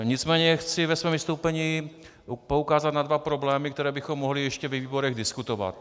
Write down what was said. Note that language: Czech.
Nicméně chci ve svém vystoupení poukázat na dva problémy, které bychom mohli ještě ve výborech diskutovat.